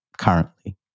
currently